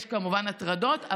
יש כמובן הטרדות.